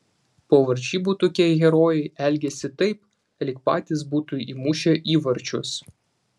po varžybų tokie herojai elgiasi taip lyg patys būtų įmušę įvarčius